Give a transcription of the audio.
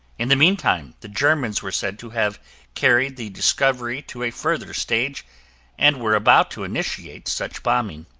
in the meantime, the germans were said to have carried the discovery to a further stage and were about to initiate such bombing.